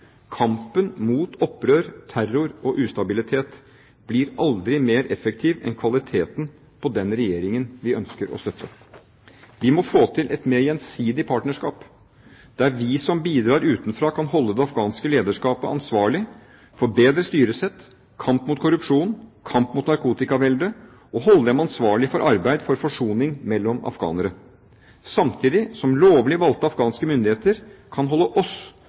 Kampen mot opprør, terror og ustabilitet blir aldri mer effektiv enn kvaliteten på den regjeringen vi ønsker å støtte. Vi må få til et mer gjensidig partnerskap der vi som bidrar utenfra, kan holde det afghanske lederskapet ansvarlig for bedre styresett, kamp mot korrupsjon, kamp mot narkotikavelde, og holde dem ansvarlig for arbeid for forsoning mellom afghanere. Samtidig kan lovlig valgte afghanske myndigheter holde oss,